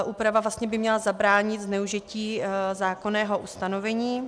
Úprava by měla zabránit zneužití zákonného ustanovení.